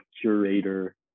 curator